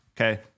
Okay